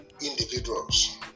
individuals